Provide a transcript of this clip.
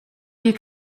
you